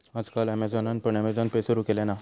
आज काल ॲमेझॉनान पण अँमेझॉन पे सुरु केल्यान हा